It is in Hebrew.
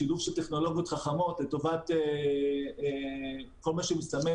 שילוב של טכנולוגיות חכמות לטובת כל מה שמסתמן